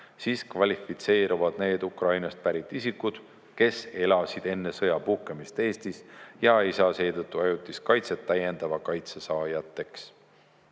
siis kvalifitseeruvad need Ukrainast pärit isikud, kes elasid enne sõja puhkemist Eestis ja seetõttu ei saa ajutist kaitset, täiendava kaitse saajateks.